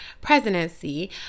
presidency